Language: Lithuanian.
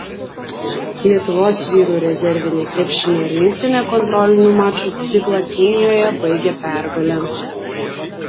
lietuvos vyrų rezervinė krepšinio rinktinė kontrolinių mačų ciklą kinijoje baigė pergale